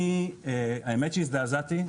אני האמת שהזדעזעתי,